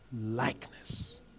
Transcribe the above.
likeness